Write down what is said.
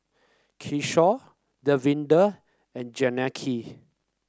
Kishore Davinder and Janaki